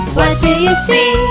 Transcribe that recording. do you see?